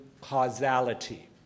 causality